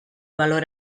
valor